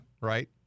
Right